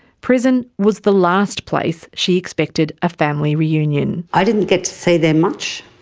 prison was the last place she expected a family reunion. i didn't get to see them much.